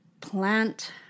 Plant